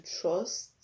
trust